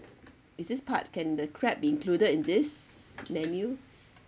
is this part can the crab included in this menu